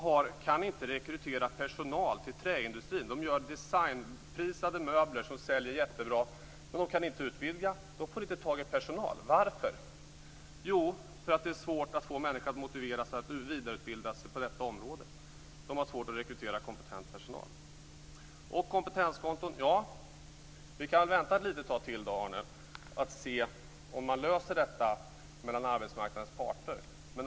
Man kan inte rekrytera personal till träindustrin. Man gör designprisade möbler som säljer jättebra. Men man kan inte utvidga, man får inte tag i personal. Varför? Jo, för att det är svårt att få människor att motivera sig till att vidareutbilda sig på detta område. Man har svårt att rekrytera kompetent personal. Kompetenskonton: Ja, vi kan vänta ett litet tag till, Arne Kjörnsberg, för att se om detta löses mellan arbetsmarknadens parter.